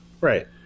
Right